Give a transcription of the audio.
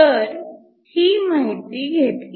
तर ही माहिती घेतली